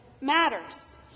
matters